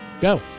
Go